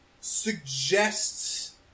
suggests